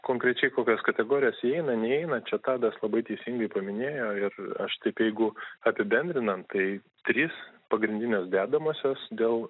konkrečiai kokias kategorijas įeina neįeina čia tadas labai teisingai paminėjo ir aš taip jeigu apibendrinant tai trys pagrindinės dedamosios dėl